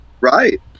right